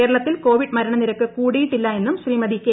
കേരളത്തിൽ കോവിഡ് മരണ നിരക്ക് കൂടിയിട്ടില്ല എന്നും ശ്രീമതി കെ